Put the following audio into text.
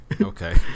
Okay